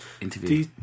interview